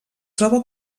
troba